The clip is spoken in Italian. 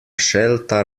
scelta